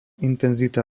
intenzita